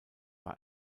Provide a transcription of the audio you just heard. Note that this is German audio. bei